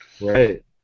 Right